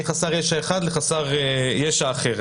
מחסר ישע אחד לחסר ישע אחר.